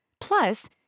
plus